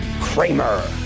Kramer